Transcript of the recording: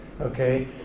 Okay